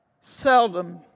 Seldom